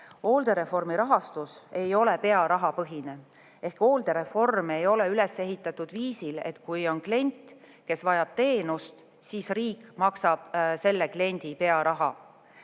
olnud. Hooldereformi rahastus ei ole pearahapõhine ehk hooldereform ei ole üles ehitatud viisil, et kui on klient, kes vajab teenust, siis riik maksab selle kliendi pearaha.